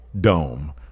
dome